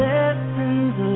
Lessons